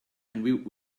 and